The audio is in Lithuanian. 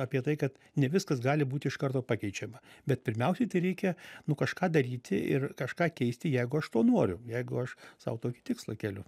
apie tai kad ne viskas gali būti iš karto pakeičiama bet pirmiausiai tai reikia nu kažką daryti ir kažką keisti jeigu aš to noriu jeigu aš sau tokį tikslą keliu